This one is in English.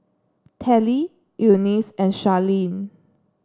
Telly Eunice and Sharleen